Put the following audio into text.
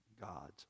God's